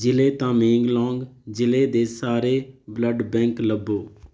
ਜ਼ਿਲ੍ਹੇ ਤਾਮੇਂਗਲੋਂਗ ਜ਼ਿਲ੍ਹੇ ਦੇ ਸਾਰੇ ਬਲੱਡ ਬੈਂਕ ਲੱਭੋ